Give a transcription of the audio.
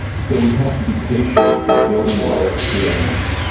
so we have to be patient by building our experience,